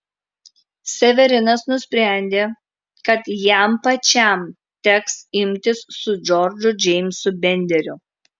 severinas nusprendė kad jam pačiam teks imtis su džordžu džeimsu benderiu